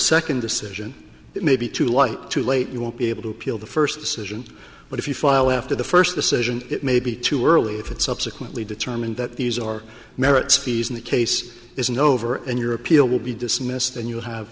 second decision that may be too light too late you won't be able to appeal the first decision but if you file after the first decision it may be too early if it subsequently determined that these are merits fees in the case isn't over and your appeal will be dismissed and you'll have